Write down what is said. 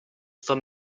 for